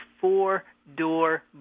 four-door